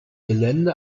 gelände